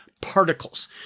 particles